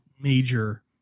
major